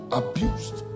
abused